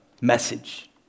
message